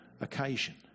occasion